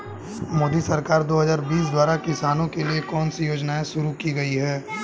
मोदी सरकार दो हज़ार बीस द्वारा किसानों के लिए कौन सी योजनाएं शुरू की गई हैं?